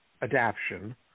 adaption